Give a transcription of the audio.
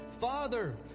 Father